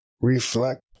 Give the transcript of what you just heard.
reflect